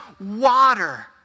water